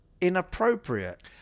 inappropriate